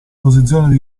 posizione